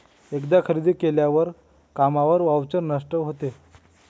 एकदा खरेदी केल्यावर कामगार व्हाउचर नष्ट होते